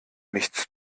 nichts